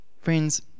Friends